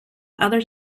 other